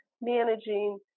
managing